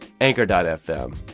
Anchor.fm